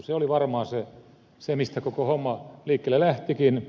se oli varmaan se mistä koko homma liikkeelle lähtikin